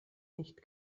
nicht